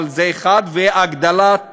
אבל זה פתרון אחד, וכן הגדלת